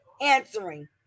answering